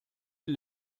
die